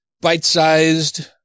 bite-sized